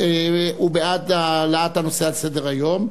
הוא בעד העלאת הנושא על סדר-היום.